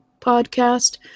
podcast